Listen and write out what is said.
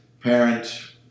parent